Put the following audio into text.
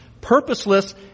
Purposeless